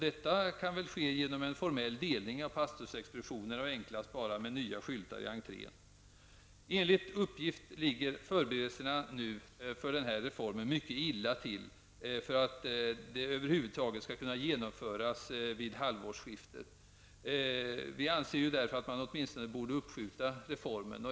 Detta kan väl ske genom en formell delning av pastorsexpeditionerna och enklast bara med nya skyltar i entrén. Enligt uppgift ligger förberedelserna för den här reformen mycket illa till för att den över huvud taget skall kunna genomföras vid halvårsskiftet. Vi anser därför att man åtminstone borde uppskjuta reformen.